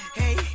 hey